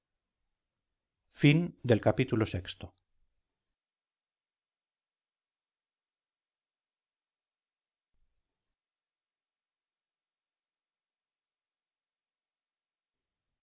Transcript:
explicación del capítulo